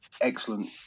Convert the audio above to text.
excellent